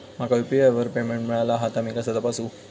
माका यू.पी.आय वर पेमेंट मिळाला हा ता मी कसा तपासू?